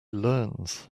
learns